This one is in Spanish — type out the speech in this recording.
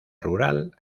rural